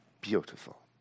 Beautiful